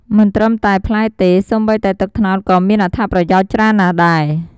មិនត្រឹមតែផ្លែទេ សូម្បីតែទឹកត្នោតក៏មានអត្ថប្រយោជន៍ច្រើនណាស់ដែរ។